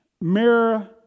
mirror